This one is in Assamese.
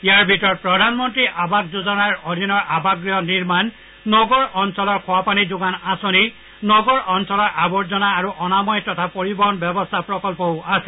ইয়াৰ ভিতৰত প্ৰধানমন্ত্ৰীৰ আৱাস যোজনাৰ অধীনৰ আবাসগৃহ নিৰ্মাণ নগৰ অঞ্চলৰ খোৱা পানী যোগান আঁচনি নগৰ অঞ্চলৰ আৱৰ্জনা আৰু অনাময় তথা পৰিবহন ব্যৱস্থা প্ৰকল্পও আছে